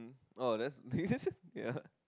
oh that's ya